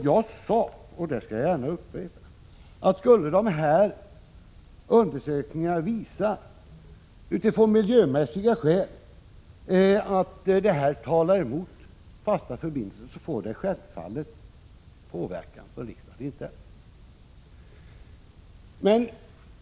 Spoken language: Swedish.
Jag sade, det skall jag gärna upprepa, att om dessa undersökningar skulle visa att de miljömässiga konsekvenserna talar emot fasta förbindelser kommer detta naturligtvis att påverka besluten.